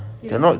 yes